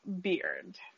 beard